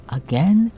again